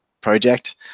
project